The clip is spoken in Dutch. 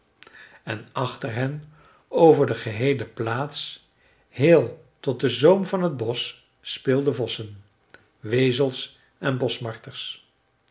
en achter hen over de geheele plaats heel tot den zoom van t bosch speelden vossen wezels en